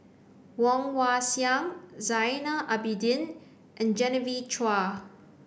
Woon Wah Siang Zainal Abidin and Genevieve Chua